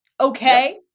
Okay